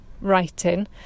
writing